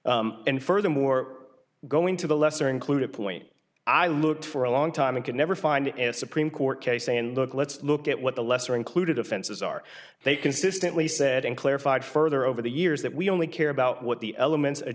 anomaly and furthermore going to the lesser included point i looked for a long time and could never find a supreme court case saying look let's look at what the lesser included offenses are they consistently said and clarified further over the years that we only care about what the elements a